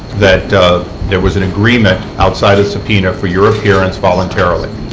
that there was an agreement outside of subpoena for your appearance voluntarily?